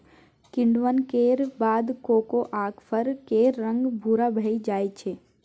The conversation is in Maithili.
किण्वन केर बाद कोकोआक फर केर रंग भूरा भए जाइ छै